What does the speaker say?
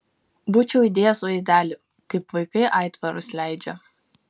būčiau įdėjęs vaizdelį kaip vaikai aitvarus leidžia